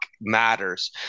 matters